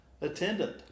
attendant